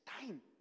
time